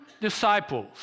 disciples